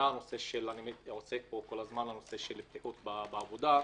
הנושא של בטיחות בעבודה,